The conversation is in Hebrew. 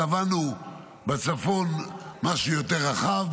קבענו בצפון מה שיותר רחב,